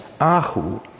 Ahu